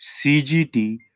CGT